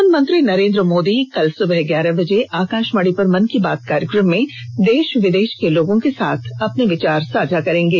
प्रधानमंत्री नरेन्द्र मोदी कल सुबह ग्यारह बजे आकाशवाणी पर मन की बात कार्यक्रम में देश विदेश के लोगों के साथ अपने विचार साझा ँ करेंगे